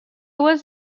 was